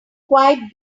quite